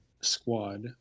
squad